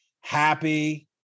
happy